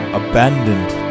abandoned